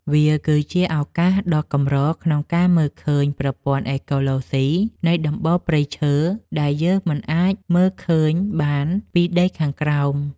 វាគឺជាឱកាសដ៏កម្រក្នុងការមើលឃើញប្រព័ន្ធអេកូឡូស៊ីនៃដំបូលព្រៃឈើ ដែលយើងមិនអាចមើលឃើញបានពីដីខាងក្រោម។